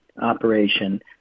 operation